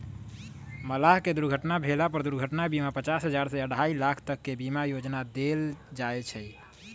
मलाह के दुर्घटना भेला पर दुर्घटना बीमा पचास हजार से अढ़ाई लाख तक के बीमा योजना देल जाय छै